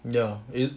ya then